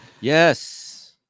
yes